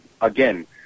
again